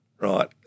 right